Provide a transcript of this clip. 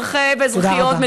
אזרחי ואזרחיות,